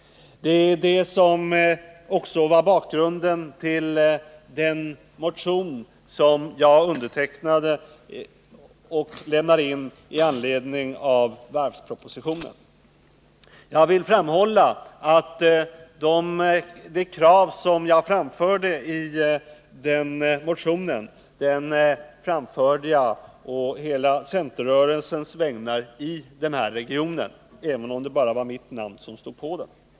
Detta var också bakgrunden till den motion som jag undertecknade och lämnade in med anledning av varvspropositionen. Jag vill framhålla att de krav som jag framförde i den motionen ställdes på hela centerrörelsens i denna region vägnar, även om bara mitt namn stod under motionen.